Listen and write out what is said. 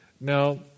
Now